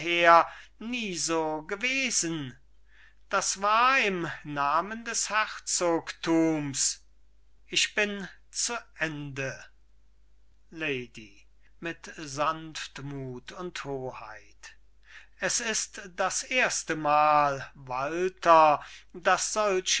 nie so gewesen das war im namen des herzogthums ich bin zu ende lady mit sanftmuth und hoheit es ist das erstemal walter daß solche